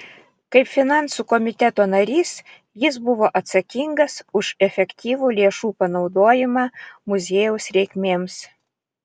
kaip finansų komiteto narys jis buvo atsakingas už efektyvų lėšų panaudojimą muziejaus reikmėms